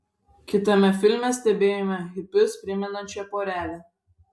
kitame filme stebėjome hipius primenančią porelę